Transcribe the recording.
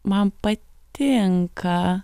man patinka